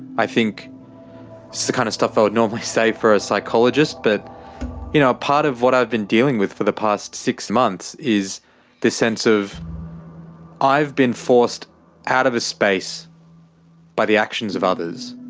i think it's the kind of stuff i would normally say for a psychologist but you know part of what i've been dealing with for the past six months is this sense of i've been forced out of a space by the actions of others.